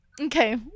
Okay